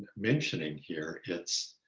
mentioning here. it's,